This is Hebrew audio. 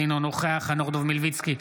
אינו נוכח חנוך דב מלביצקי,